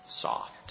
soft